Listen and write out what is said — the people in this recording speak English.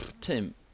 Tim